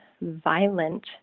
violent